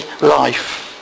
life